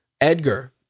Edgar